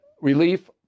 relief